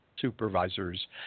Supervisors